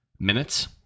Minutes